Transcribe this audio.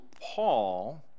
Paul